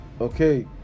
Okay